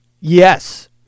Yes